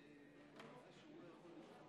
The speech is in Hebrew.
שלוש דקות,